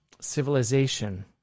civilization